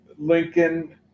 Lincoln